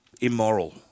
immoral